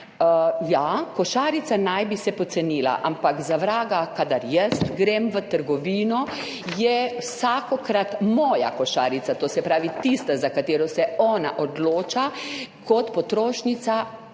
»Ja, košarica naj bi se pocenila, ampak za vraga, kadar jaz grem v trgovino, je vsakokrat moja košarica, to se pravi tista, za katero se ona odloča kot potrošnica, dražja.«